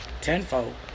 Tenfold